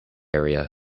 area